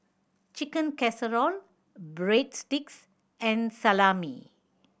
Chicken Casserole Breadsticks and Salami